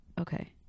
okay